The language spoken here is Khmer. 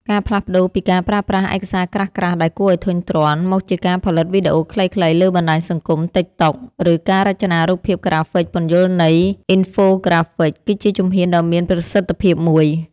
ការផ្លាស់ប្តូរពីការប្រើប្រាស់ឯកសារក្រាស់ៗដែលគួរឱ្យធុញទ្រាន់ មកជាការផលិតវីដេអូខ្លីៗលើបណ្ដាញសង្គម ទិកតុក (TikTok) ឬការរចនារូបភាពក្រាហ្វិកពន្យល់ន័យ (Infographics) គឺជាជំហានដ៏មានប្រសិទ្ធភាពមួយ។